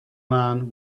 man